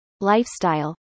lifestyle